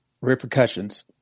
repercussions